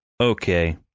okay